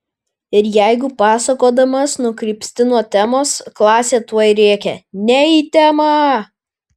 ir jeigu pasakodamas nukrypsti nuo temos klasė tuoj rėkia ne į temą